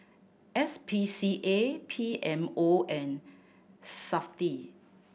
S P C A P M O and Safti